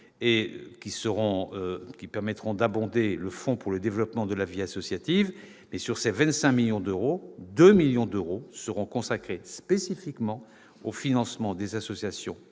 au travers de l'abondement du Fonds pour le développement de la vie associative. Sur ces 25 millions d'euros, 2 millions d'euros seront consacrés spécifiquement au financement des associations